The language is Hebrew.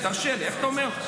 תרשה לי, איך אתה אומר?